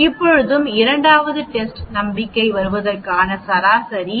இப்பொழுதும் 2 வது டெஸ்ட் நம்பிக்கை வருவதற்கான சராசரி 0